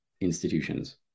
institutions